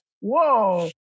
whoa